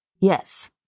Yes